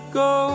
go